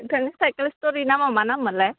नोंथांनि साइखेल स्टरनि नामा मा नाममोनलाय